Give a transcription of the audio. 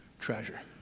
treasure